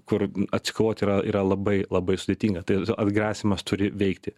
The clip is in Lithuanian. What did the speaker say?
kur atsikovoti yra yra labai labai sudėtinga tai atgrasymas turi veikti